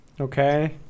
Okay